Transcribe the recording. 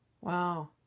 Wow